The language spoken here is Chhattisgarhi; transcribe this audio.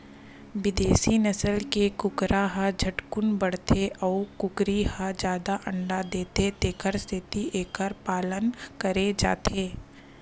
बिदेसी नसल के कुकरा ह झटकुन बाड़थे अउ कुकरी ह जादा अंडा देथे तेखर सेती एखर पालन करे जाथे